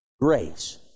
grace